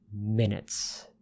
minutes